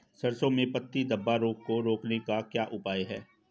सरसों में पत्ती धब्बा रोग को रोकने का क्या उपाय है?